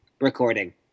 recording